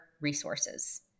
resources